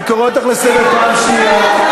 אני קורא אותך לסדר פעם שנייה.